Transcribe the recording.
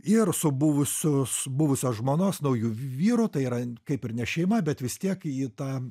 ir su buvusios buvusios žmonos nauju vyru tai yra kaip ir ne šeima bet vis tiek ji tą